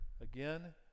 again